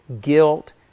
guilt